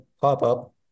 pop-up